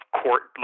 court